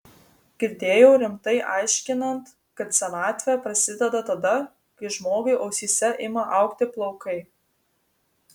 girdėjau rimtai aiškinant kad senatvė prasideda tada kai žmogui ausyse ima augti plaukai